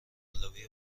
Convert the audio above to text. انقلابی